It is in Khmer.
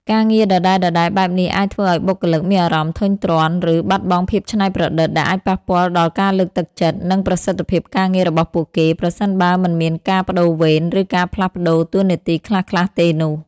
ការងារដដែលៗបែបនេះអាចធ្វើឲ្យបុគ្គលិកមានអារម្មណ៍ធុញទ្រាន់ ឬបាត់បង់ភាពច្នៃប្រឌិត ដែលអាចប៉ះពាល់ដល់ការលើកទឹកចិត្ត និងប្រសិទ្ធភាពការងាររបស់ពួកគេ ប្រសិនបើមិនមានការប្តូរវេន ឬការផ្លាស់ប្តូរតួនាទីខ្លះៗទេនោះ។